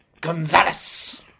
Gonzalez